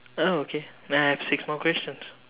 oh okay then I have six more questions